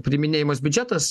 priiminėjamas biudžetas